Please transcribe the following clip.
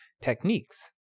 techniques